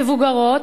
מבוגרות,